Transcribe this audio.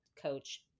coach